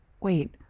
wait